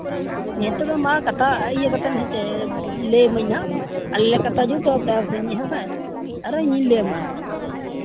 ᱦᱮᱸ ᱛᱚᱵᱮ ᱠᱟᱛᱷᱟ ᱤᱭᱟᱹ ᱠᱟᱛᱮ ᱦᱮᱸ ᱥᱮ ᱞᱟᱹᱭ ᱟᱹᱢᱟᱹᱧ ᱦᱟᱸᱜ ᱟᱞᱮ ᱞᱮ ᱠᱟᱛᱷᱟ ᱡᱩᱛᱟ ᱛᱟᱨᱯᱚᱨᱮ ᱦᱮᱸ ᱥᱮ ᱟᱨᱚ ᱤᱧ ᱦᱚᱸᱧ ᱞᱟᱹᱭ ᱟᱢᱟ ᱦᱟᱸᱜ